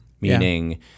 meaning